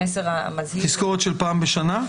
תזכורת של פעם בשנה?